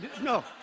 No